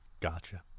Gotcha